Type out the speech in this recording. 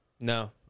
No